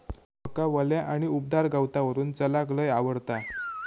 माका वल्या आणि उबदार गवतावरून चलाक लय आवडता